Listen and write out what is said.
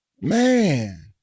Man